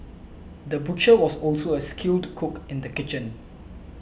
the butcher was also a skilled cook in the kitchen